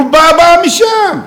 רובה באה משם.